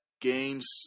games